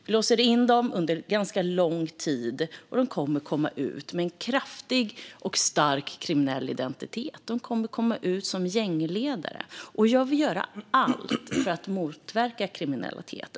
Om de blir inlåsta under ganska lång tid kommer de att komma ut med en kraftig och stark kriminell identitet. De kommer att komma ut som gängledare, och jag vill göra allt för att motverka kriminalitet.